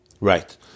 Right